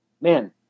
man